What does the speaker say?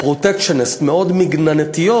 protectionist, מאוד מגננתיות,